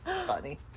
funny